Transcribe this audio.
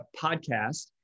podcast